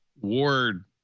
Ward